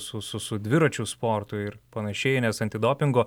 su su dviračių sportu ir panašiai nes antidopingo